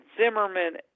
Zimmerman